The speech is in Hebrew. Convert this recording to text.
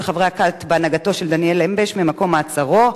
חברי הכת בהנהגתו של דניאל אמבש ממקום מעצרו,